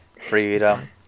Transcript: Freedom